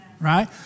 right